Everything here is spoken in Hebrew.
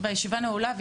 הישיבה נעולה.